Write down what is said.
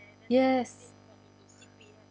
yes